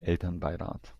elternbeirat